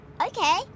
Okay